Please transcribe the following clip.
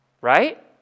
right